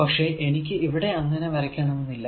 പക്ഷെ എനിക്ക് ഇവിടെ ഇങ്ങനെ വരക്കണമെന്നില്ല